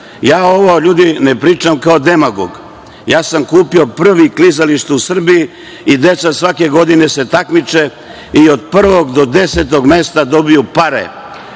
dinara. Ljudi, ne pričam ovo kao demagog, ja sam kupio prvi klizalište u Srbiji i deca svake godine se takmiče i od prvog do 10 mesta dobijaju pare: